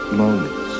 moments